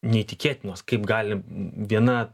neįtikėtinos kaip gali viena